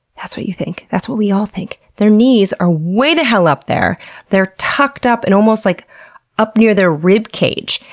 that's what you think that's what we all think! their knees are way the hell up there. they're tucked up and almost like near their ribcage.